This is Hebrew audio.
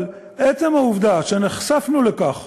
אבל עצם העובדה שנחשפנו לכך